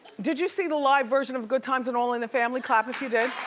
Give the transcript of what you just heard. did you see the live version of good times and all in the family clap if you did.